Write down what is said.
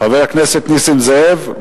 חבר הכנסת נסים זאב,